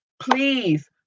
Please